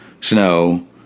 snow